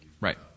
right